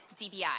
DBI